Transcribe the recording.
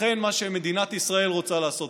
לכן מה שמדינת ישראל רוצה לעשות,